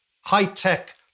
high-tech